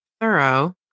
Thorough